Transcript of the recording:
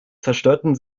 zerstörten